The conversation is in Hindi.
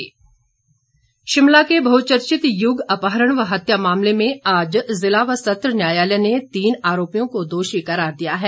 युग हत्याकांड शिमला के बहुचर्चित युग अपहरण व हत्या मामले में आज जिला व सत्र न्यायालय ने तीन आरोपियों को दोषी करार दिया है